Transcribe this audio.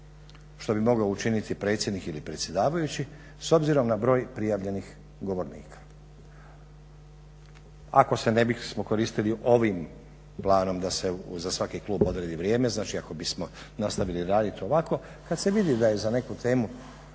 što bi mogao učiniti predsjednik ili predsjedavajući s obzirom na broj prijavljenih govornika. Ako se ne bismo koristili ovim planom da se za svaki klub odredi vrijeme, znači ako bismo nastavili radit ovako kad se vidi da je za neku temu